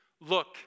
look